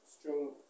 strong